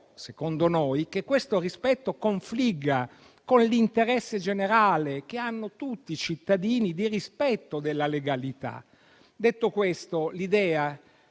secondo noi - che questo rispetto confligga con l'interesse generale che hanno tutti i cittadini di rispetto della legalità. Detto questo, l'idea